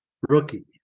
Rookie